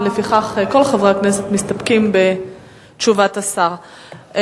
ולפיכך כל חברי הכנסת מסתפקים בתשובת השר.